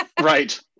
Right